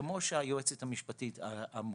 כמו שהיועצת המשפטית אמרה,